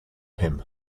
him